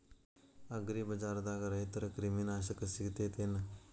ಅಗ್ರಿಬಜಾರ್ದಾಗ ರೈತರ ಕ್ರಿಮಿ ನಾಶಕ ಸಿಗತೇತಿ ಏನ್?